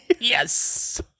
Yes